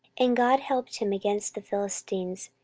and god helped him against the philistines,